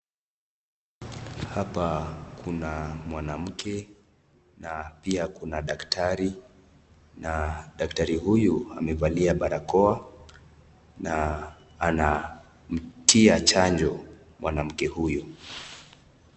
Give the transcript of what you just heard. Hapa kuna mwanamke na pia kuna daktari, na daktari huyu amevalia barokoa na anamtia chanjo mwanamke huyu.